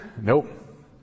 Nope